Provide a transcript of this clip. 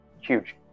huge